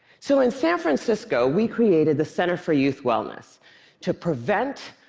so in san francisco, we created the center for youth wellness to prevent,